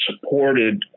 supported